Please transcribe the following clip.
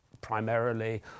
primarily